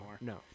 No